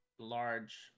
large